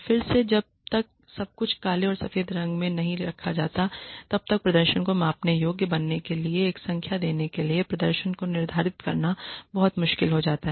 फिर से जब तक सब कुछ काले और सफेद रंग में नहीं रखा जाता है तब तक प्रदर्शन को मापने योग्य बनाने के लिए एक संख्या देने के लिए प्रदर्शन को निर्धारित करना बहुत मुश्किल हो जाता है